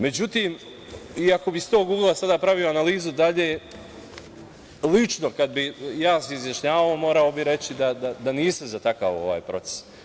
Međutim, iako bi iz tog ugla sada pravio analizu dalje, lično kada bi se ja izjašnjavao morao bi reći da nisam za takav proces.